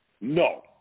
No